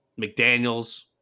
McDaniels